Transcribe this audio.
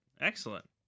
excellent